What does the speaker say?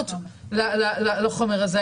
משמעות לחומר הזה,